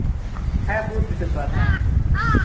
ᱦᱮᱸ ᱵᱩᱫᱷ ᱵᱨᱤᱦᱚᱥᱯᱚᱛᱤᱵᱟᱨ ᱦᱮᱸ